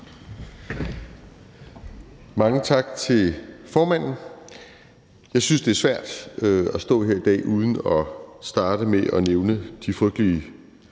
Mange tak til formanden. Jeg synes, det er svært at stå her i dag uden at starte med at nævne de frygtelige